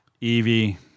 Evie